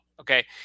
okay